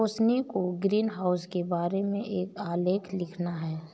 रोशिनी को ग्रीनहाउस के बारे में एक आलेख लिखना है